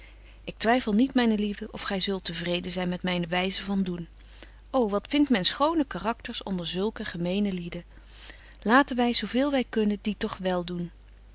ik twyffel niet myne liefde of gy zult te vreden zyn met myne wyze van doen ô wat betje wolff en aagje deken historie van mejuffrouw sara burgerhart vindt men schone karakters onder zulke gemene lieden laten wy zo veel wy kunnen die tog wel doen